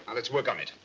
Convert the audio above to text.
and let's work on it.